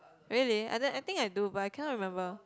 really I d~ I think I do but I cannot remember